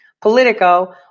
Politico